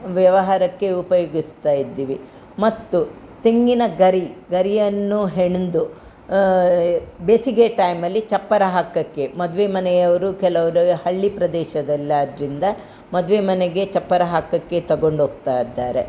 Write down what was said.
ವ್ಯವಹಾರಕ್ಕೆ ಉಪಯೋಗಿಸ್ತಾ ಇದ್ದೀವಿ ಮತ್ತು ತೆಂಗಿನ ಗರಿ ಗರಿಯನ್ನು ಹೆಣೆದು ಬೇಸಿಗೆ ಟೈಮಲ್ಲಿ ಚಪ್ಪರ ಹಾಕೋಕ್ಕೆ ಮದುವೆ ಮನೆಯವರು ಕೆಲವರು ಹಳ್ಳಿ ಪ್ರದೇಶದಲ್ಲಾದ್ದರಿಂದ ಮದುವೆ ಮನೆಗೆ ಚಪ್ಪರ ಹಾಕೋಕ್ಕೆ ತೊಗೊಂಡೋಗ್ತಾ ಇದ್ದಾರೆ